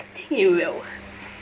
I think you will